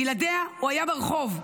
בלעדיה הוא היה ברחוב.